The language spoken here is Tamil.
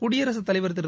குடியரசுத் தலைவர் திரு